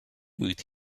with